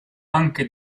anche